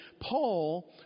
Paul